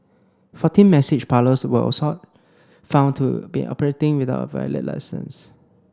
fourteen message parlours were also found to been operating without a valid licence